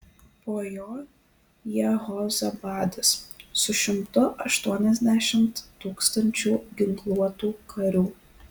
po jo jehozabadas su šimtu aštuoniasdešimt tūkstančių ginkluotų karių